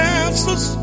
answers